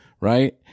right